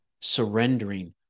surrendering